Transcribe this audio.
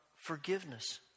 forgiveness